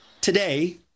Today